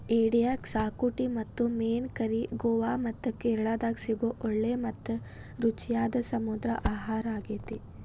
ಏಡಿಯ ಕ್ಸಾಕುಟಿ ಮತ್ತು ಮೇನ್ ಕರಿ ಗೋವಾ ಮತ್ತ ಕೇರಳಾದಾಗ ಸಿಗೋ ಒಳ್ಳೆ ಮತ್ತ ರುಚಿಯಾದ ಸಮುದ್ರ ಆಹಾರಾಗೇತಿ